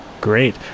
Great